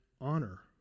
honor